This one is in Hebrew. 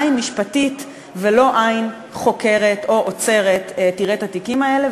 עין משפטית ולא עין חוקרת או עוצרת תראה את התיקים האלה,